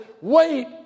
wait